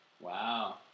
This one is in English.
wow